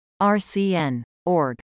RCN.org